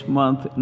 month